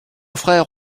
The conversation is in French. frère